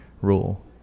rule